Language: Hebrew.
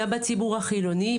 גם בציבור החילוני.